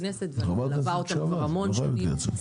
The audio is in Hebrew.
בכנסת ואני מלווה אותם כבר המון שנים.